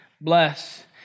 Bless